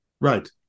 right